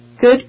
Good